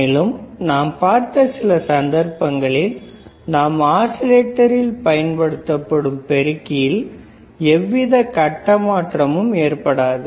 மேலும் நாம் பார்த்த சில சந்தர்ப்பங்களில் நாம் ஆஸிலேட்டரில் பயன்படுத்தும் பெருக்கியில் எந்தவித கட்ட மாற்றமும் ஏற்படாது